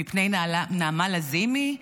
מפני נעמה לזימי?